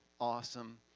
awesome